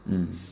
mm